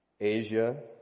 Asia